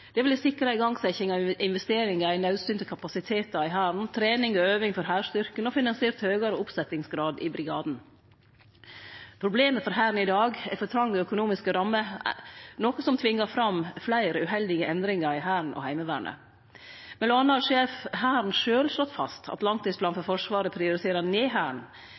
Det ville sikra igangsetjing av investeringar i naudsynte kapasitetar i Hæren, trening og øving for hærstyrken, og finansiert høgare oppsetjingsgrad i Brigaden. Problemet for Hæren i dag er for tronge økonomiske rammer, noko som tvingar fram fleire uheldige endringar i Hæren og Heimevernet. Mellom anna har sjef for Hæren sjølv slått fast at langtidsplanen for Forsvaret prioriterer ned Hæren.